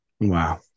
Wow